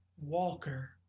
Walker